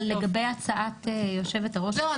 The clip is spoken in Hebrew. לגבי הצעת היושבת-ראש --- לא.